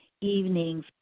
evening's